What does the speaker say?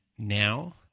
Now